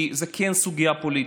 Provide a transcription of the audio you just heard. כי זאת כן סוגיה פוליטית.